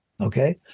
okay